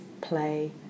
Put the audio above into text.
play